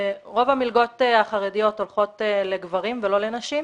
רוב המלגות החרדיות הולכות לגברים ולא לנשים.